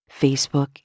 Facebook